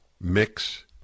mix